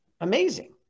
Amazing